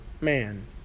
man